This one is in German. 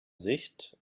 sicht